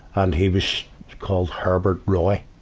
and he was called herbert roy.